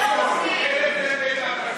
אין, אין חוק.